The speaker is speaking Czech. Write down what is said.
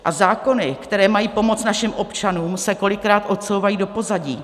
A zákony, které mají pomoct našim občanům, se kolikrát odsouvají do pozadí.